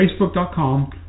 facebook.com